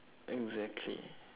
exactly